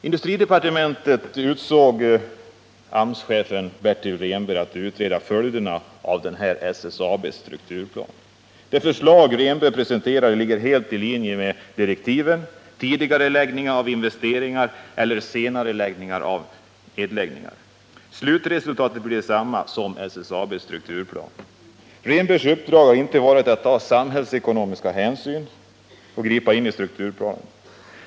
Industridepartementet utsåg AMS-chefen Bertil Rehnberg att utreda följderna av SSAB:s strukturplan. Det förslag som Rehnberg presenterat ligger helt i linje med direktiven — tidigareläggningar av investeringar eller senareläggningar av nedläggningar. Slutresultatet blir detsamma som SSAB:s strukturplan. Rehnbergs uppdrag har inte varit att ta samhällsekonomiska hänsyn och gripa in i strukturplanen.